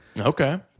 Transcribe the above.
Okay